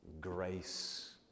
grace